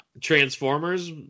Transformers